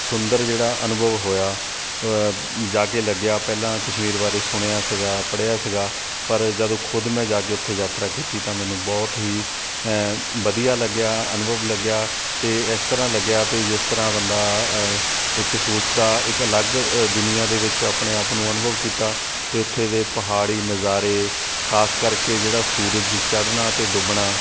ਸੁੰਦਰ ਜਿਹੜਾ ਅਨੁਭਵ ਹੋਇਆ ਜਾ ਕੇ ਲੱਗਿਆ ਪਹਿਲਾਂ ਕਸ਼ਮੀਰ ਬਾਰੇ ਸੁਣਿਆ ਸੀਗਾ ਪੜ੍ਹਿਆ ਸੀਗਾ ਪਰ ਜਦੋਂ ਖੁਦ ਮੈਂ ਜਾ ਕੇ ਉੱਥੇ ਯਾਤਰਾ ਕੀਤੀ ਤਾਂ ਮੈਨੂੰ ਬਹੁਤ ਹੀ ਵਧੀਆ ਲੱਗਿਆ ਅਨੁਭਵ ਲੱਗਿਆ ਅਤੇ ਇਸ ਤਰ੍ਹਾਂ ਲੱਗਿਆ ਬਈ ਜਿਸ ਤਰ੍ਹਾਂ ਬੰਦਾ ਇੱਕ ਸੋਚਦਾ ਇੱਕ ਅਲੱਗ ਦੁਨੀਆਂ ਦੇ ਵਿੱਚ ਆਪਣੇ ਆਪ ਨੂੰ ਅਨੁਭਵ ਕੀਤਾ ਅਤੇ ਉੱਥੇ ਦੇ ਪਹਾੜੀ ਨਜ਼ਾਰੇ ਖਾਸ ਕਰਕੇ ਜਿਹੜਾ ਸੂਰਜ ਚੜ੍ਹਨਾ ਅਤੇ ਡੁੱਬਣਾ